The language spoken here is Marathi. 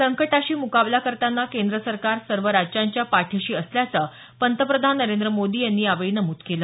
संकटाशी मुकाबला करतांना केंद्र सरकार सर्व राज्यांच्या पाठीशी असल्याचं पंतप्रधान नरेंद्र मोदी यांनी यावेळी नमूद केलं